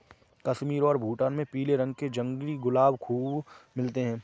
कश्मीर और भूटान में पीले रंग के जंगली गुलाब खूब मिलते हैं